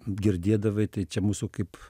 girdėdavai tai čia mūsų kaip